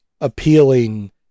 appealing